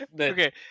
Okay